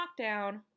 lockdown